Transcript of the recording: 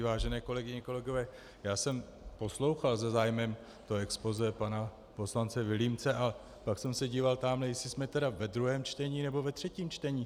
Vážené kolegyně, kolegové, já jsem poslouchal se zájmem to expozé pana poslance Vilímce a pak jsem se díval tamhle, jestli jsme tedy ve druhém čtení nebo ve třetím čtení.